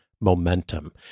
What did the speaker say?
momentum